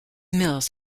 mills